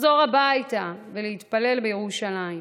לחזור הביתה ולהתפלל בירושלים,